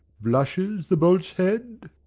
blushes the bolt's-head?